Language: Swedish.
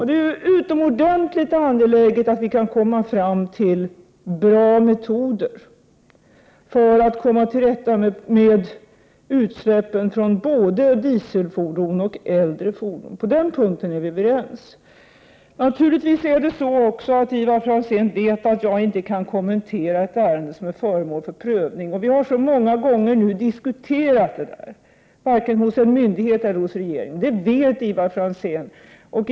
Det är utomordentligt angeläget att vi får fram bra metoder för att komma till rätta med utsläppen från både dieselfordon och äldre fordon. På den punkten är vi överens. Naturligtvis vet Ivar Franzén också att jag inte kan kommentera ett ärende som är föremål för prövning vare sig det sker hos myndighet eller regering. Vi har så många gånger diskuterat detta.